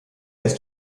ist